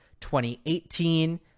2018